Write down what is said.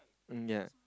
mm ya